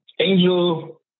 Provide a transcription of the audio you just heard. Angel